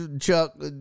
Chuck